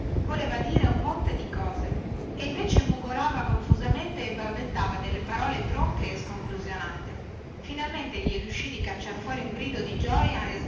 voleva dire un monte di cose e invece mugolava confusamente e balbettava delle parole tronche e sconclusionate finalmente gli riuscì di cacciar fuori un grido di gioia e